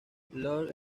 lloyd